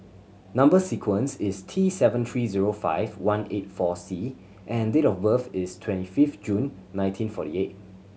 number sequence is T seven three zero five one eight four C and date of birth is twenty fifth June nineteen forty eight